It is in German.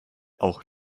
auch